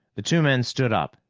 the two men stood up,